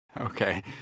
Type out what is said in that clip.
Okay